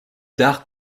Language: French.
tard